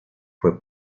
fue